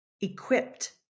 equipped